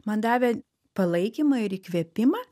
man davė palaikymą ir įkvėpimą